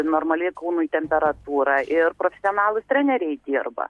normali kūnui temperatūra ir profesionalūs treneriai dirba